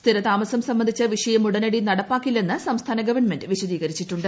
സ്ഥിരതാമസം സംബന്ധിച്ച വിഷയം ഉടനടി നടപ്പാക്കില്ലെന്ന് സംസ്ഥാന ഗവൺമെന്റ് വിശദീകരിച്ചിട്ടുണ്ട്